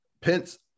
Pence